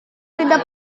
tidak